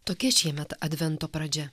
tokia šiemet advento pradžia